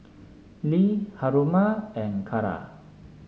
Lee Haruma and Kara